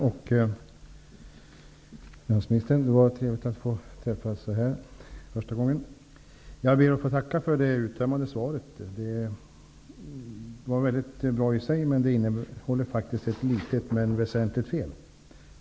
Herr talman! Det är trevligt att få träffa finansministern så här första gången. Jag ber att få tacka för det uttömmande svaret. Det var mycket bra i sig, men det innehåller ett litet men väsentligt fel.